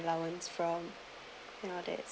allowance from you know that